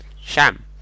sham